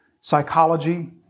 psychology